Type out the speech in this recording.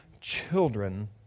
children